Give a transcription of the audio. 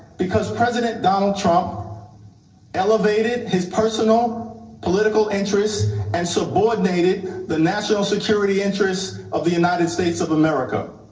because president donald trump elevated his personal political interests and subordinated the national security interests of the united states of america.